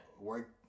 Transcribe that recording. work